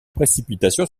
précipitations